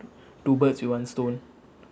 two birds with one stone